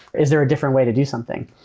is there a different way to do something?